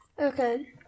Okay